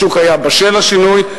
השוק היה בשל לשינוי,